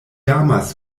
amas